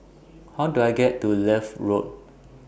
How Do I get to Leith Road